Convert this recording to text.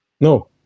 No